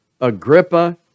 Agrippa